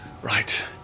Right